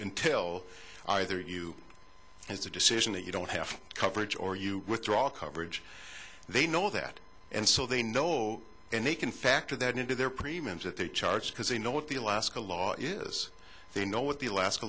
until either you has a decision that you don't have coverage or you withdraw coverage they know that and so they know and they can factor that into their premiums that they charge because they know what the alaska law is they know what the alaska